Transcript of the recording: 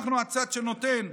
אנחנו הצד שנותן.